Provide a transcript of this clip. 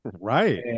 Right